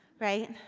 right